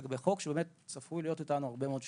וק שצפוי להיות אתנו הרבה מאוד שנים.